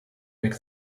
make